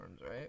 right